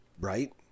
right